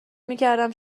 میکردم